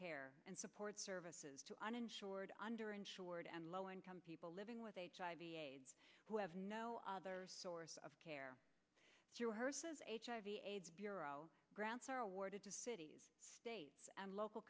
care and support services to uninsured under insured and low income people living with hiv aids who have no other source of care hiv aids bureau grants are awarded to cities states and local